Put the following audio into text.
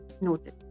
Noted